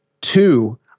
Two